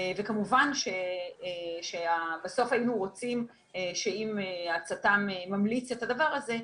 כמובן שבסוף היינו רוצים שאם הצט"מ ממליץ את הדבר הזה,